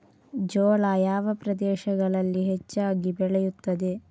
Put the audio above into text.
ಜೋಳ ಯಾವ ಪ್ರದೇಶಗಳಲ್ಲಿ ಹೆಚ್ಚಾಗಿ ಬೆಳೆಯುತ್ತದೆ?